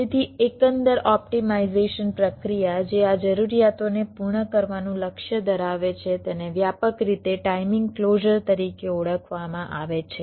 તેથી એકંદર ઓપ્ટિમાઇઝેશન પ્રક્રિયા જે આ જરૂરિયાતોને પૂર્ણ કરવાનું લક્ષ્ય ધરાવે છે તેને વ્યાપક રીતે ટાઇમિંગ ક્લોઝર તરીકે ઓળખવામાં આવે છે